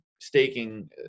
staking